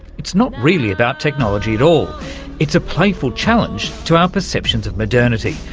it's not really about technology at all it's a playful challenge to our perceptions of modernity.